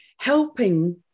helping